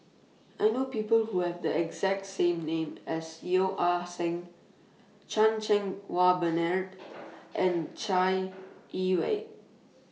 I know People Who Have The exact name as Yeo Ah Seng Chan Cheng Wah Bernard and Chai Yee Wei